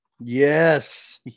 Yes